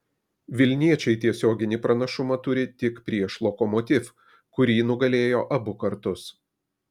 vilniečiai tiesioginį pranašumą turi tik prieš lokomotiv kurį nugalėjo abu kartus